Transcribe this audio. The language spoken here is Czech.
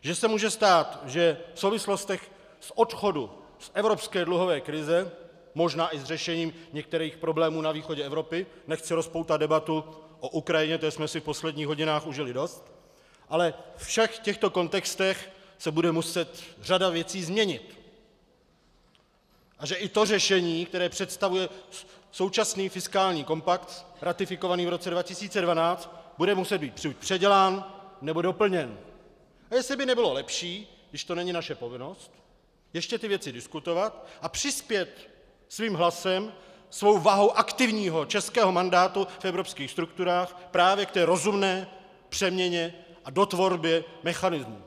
že se může stát, že v souvislostech s odchodem z evropské dluhové krize, možná i s řešením některých problémů na východě Evropy nechci rozpoutat debatu o Ukrajině, té jsme si v posledních hodinách užili dost , ale ve všech těchto kontextech se bude muset řada věcí změnit a že i to řešení, které představuje současný fiskální kompakt ratifikovaný v roce 2012, bude muset být předělán, nebo doplněn, a jestli by nebylo lepší, když to není naše povinnost, ještě ty věci diskutovat a přispět svým hlasem, svou hlavou aktivního českého mandátu v evropských strukturách právě k té rozumné přeměně, dotvrobě mechanismů.